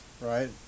right